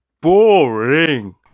boring